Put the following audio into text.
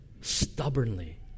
stubbornly